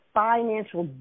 financial